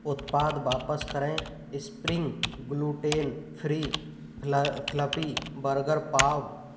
उत्पाद वापस करें spring gluten free fluffy burger पाव